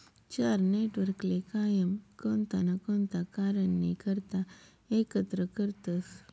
चार नेटवर्कले कायम कोणता ना कोणता कारणनी करता एकत्र करतसं